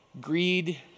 greed